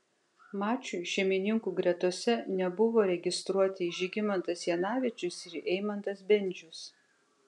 mačui šeimininkų gretose nebuvo registruoti žygimantas janavičius ir eimantas bendžius